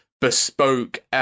bespoke